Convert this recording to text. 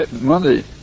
money